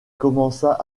commença